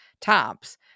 tops